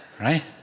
Right